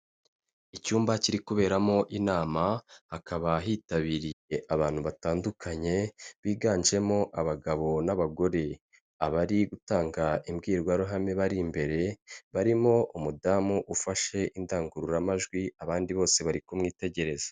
Icyumba kiri kuberamo inama, hakaba tabiriye abantu batandukanye biganjemo abagabo n'abagore. Abari gutanga imbwirwaruhame bari imbere barimo umudamu ufashe indangururamajwi, abandi bose bari kumwitegereza.